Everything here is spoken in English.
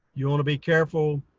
you want to be careful